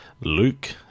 Luke